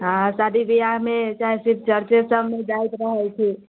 हँ शादी विवाहमे चाहे शिव चर्चे सभमे जाइत रहै छी